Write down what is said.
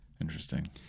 Interesting